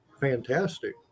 fantastic